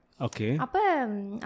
Okay